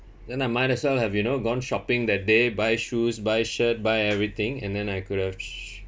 then I might as well have you know gone shopping that day buy shoes buy shirt buy everything and then I could've sh~